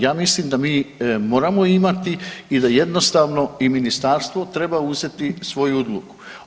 Ja mislim da mi moramo imati i da jednostavno i ministarstvo treba uzeti svoju odluku.